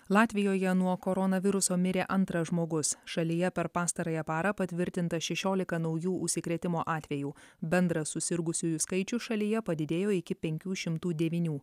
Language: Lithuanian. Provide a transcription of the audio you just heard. latvijoje nuo koronaviruso mirė antras žmogus šalyje per pastarąją parą patvirtinta šešiolika naujų užsikrėtimo atvejų bendras susirgusiųjų skaičius šalyje padidėjo iki penkių šimtų devynių